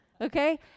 okay